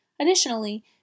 Additionally